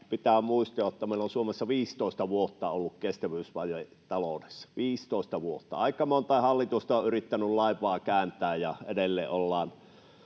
Pitää muistaa, että meillä on Suomessa 15 vuotta ollut kestävyysvaje taloudessa — 15 vuotta. Aika monta hallitusta on yrittänyt laivaa kääntää, ja edelleen ollaan